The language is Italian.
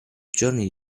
giorni